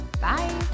Bye